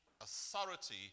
authority